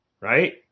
right